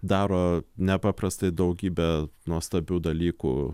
daro nepaprastai daugybę nuostabių dalykų